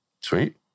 sweet